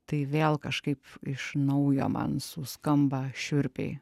tai vėl kažkaip iš naujo man suskamba šiurpiai